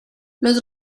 los